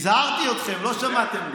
הזהרתי אתכם, לא שמעתם לי.